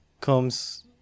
comes